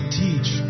teach